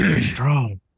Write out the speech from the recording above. strong